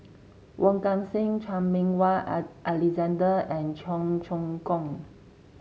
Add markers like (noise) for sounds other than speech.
Wong Kan Seng Chan Meng Wah (unintelligible) Alexander and Cheong Choong Kong